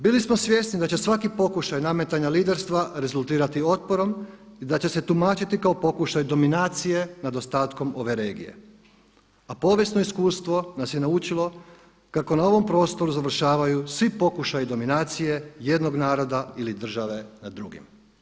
Bili smo svjesni da će svaki pokušaj nametanja liderstva rezultirati otporom i da će se tumačiti kao pokušaj dominacije nad ostatkom ove regije, a povijesno iskustvo nas je naučilo kako na ovom prostoru završavaju svi pokušaji dominacije jednog naroda ili države nad drugim.